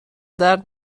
درد